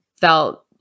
felt